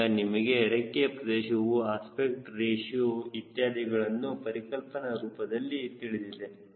ಈಗ ನಿಮಗೆ ರೆಕ್ಕೆಯ ಪ್ರದೇಶವು ಅಸ್ಪೆಕ್ಟ್ ರೇಶಿಯೋ ಇತ್ಯಾದಿಗಳನ್ನು ಪರಿಕಲ್ಪನಾ ರೂಪದಲ್ಲಿ ತಿಳಿದಿದೆ